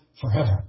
forever